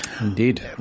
Indeed